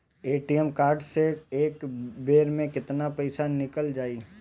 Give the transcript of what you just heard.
ATM card से एक बेर मे केतना पईसा निकल जाई?